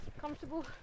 comfortable